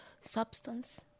substance